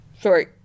Sorry